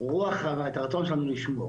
הרוח או הרצון שלנו לשמור.